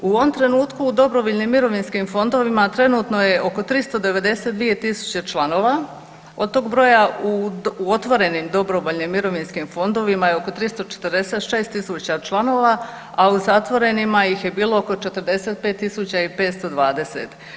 U ovom trenutku u dobrovoljnim mirovinskim fondovima trenutno je oko 392.000 članova, od tog broja u otvorenim dobrovoljnim mirovinskim fondovima je oko 346.000 članova, a u zatvorenima ih je bilo oko 45.520.